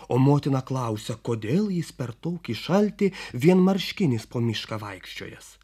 o motina klausia kodėl jis per tokį šaltį vienmarškinis po mišką vaikščiojęs